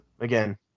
again